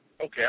okay